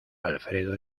alfredo